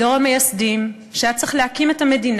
דור המייסדים, שהיה צריך להקים את המדינה,